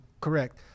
Correct